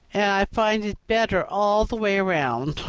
and i find it better all the way round.